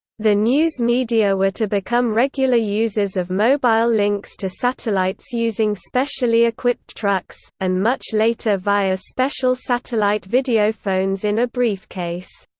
the news media were to become regular users of mobile links to satellites using specially equipped trucks, and much later via special satellite videophones in a briefcase.